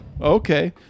Okay